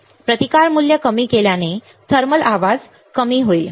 प्रतिकार मूल्य कमी केल्याने थर्मल आवाज कमी होईल